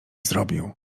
zrobił